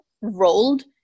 rolled